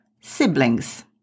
siblings